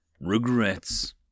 Regrets